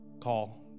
call